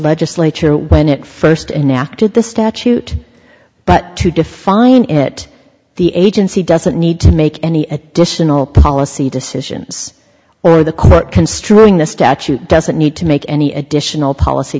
legislature when it first enacted the statute but to define it the agency doesn't need to make any additional policy decisions or the court construing the statute doesn't need to make any additional policy